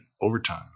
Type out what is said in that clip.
overtime